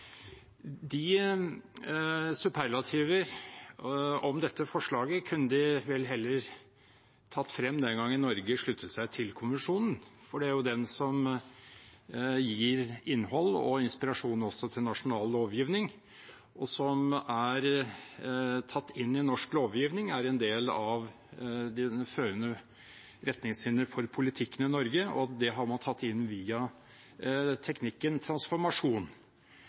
om dette forslaget kunne de vel heller tatt frem den gangen Norge sluttet seg til konvensjonen, for det er den som gir innhold og inspirasjon også til nasjonal lovgivning, og som er tatt inn i norsk lovgivning. Det er en del av de førende retningslinjer for politikken i Norge. Det har man tatt inn via teknikken, transformasjon.